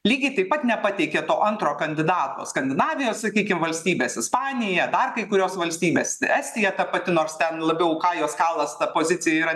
lygiai taip pat nepateikė to antro kandidato skandinavija sakykim valstybės ispanija dar kai kurios valstybės estija ta pati nors ten labiau kajos kalas ta pozicija yra